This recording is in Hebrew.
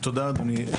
תודה אדוני.